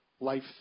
life